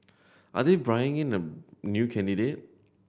are they in a new candidate